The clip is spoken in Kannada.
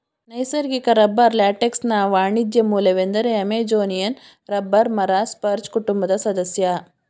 ನೈಸರ್ಗಿಕ ರಬ್ಬರ್ ಲ್ಯಾಟೆಕ್ಸ್ನ ವಾಣಿಜ್ಯ ಮೂಲವೆಂದರೆ ಅಮೆಜೋನಿಯನ್ ರಬ್ಬರ್ ಮರ ಸ್ಪರ್ಜ್ ಕುಟುಂಬದ ಸದಸ್ಯ